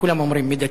כולם אומרים "מידתי".